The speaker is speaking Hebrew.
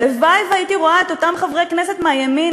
הלוואי שהייתי רואה את אותם חברי כנסת מהימין